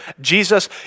Jesus